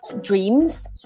dreams